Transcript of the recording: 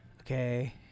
Okay